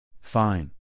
Fine